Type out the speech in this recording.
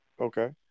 Okay